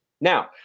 Now